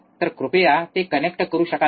तर कृपया ते कनेक्ट करू शकाल का